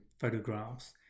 photographs